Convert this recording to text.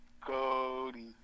Cody